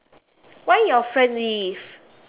why your friend leave